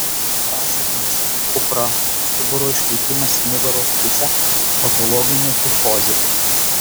pasekmės kupra stuburo iškrypimas į nugaros pusę patologinė kifozė